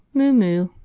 moo-moo,